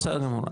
בסדר גמור.